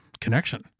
connection